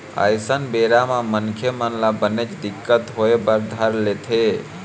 अइसन बेरा म मनखे मन ल बनेच दिक्कत होय बर धर लेथे